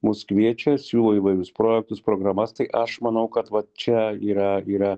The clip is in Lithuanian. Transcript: mus kviečia siūlo įvairius projektus programas tai aš manau kad va čia yra yra